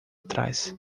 trás